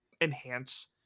enhance